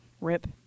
rip